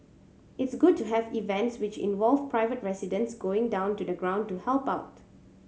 it's good to have events which involve private residents going down to the ground to help out